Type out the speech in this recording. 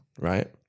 Right